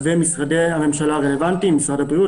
ומשרדי הממשלה הרלוונטיים: משרד הבריאות,